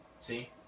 See